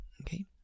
Okay